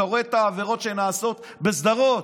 אתה רואה את העבירות שנעשות בסדרות,